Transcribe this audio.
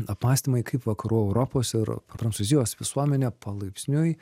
apmąstymai kaip vakarų europos ir prancūzijos visuomenė palaipsniui